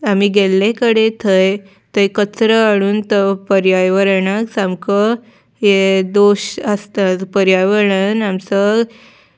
आमी गेल्ले कडेन थंय थंय कचरो हाडून तो पर्यावरणाक सामको हे दोश आसता पर्यावरणान आमचो